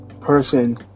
person